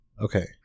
okay